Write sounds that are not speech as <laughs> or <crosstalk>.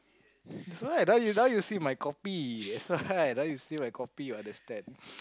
so I don't you now you now you see my copy that's <laughs> why now you see my copy you will understand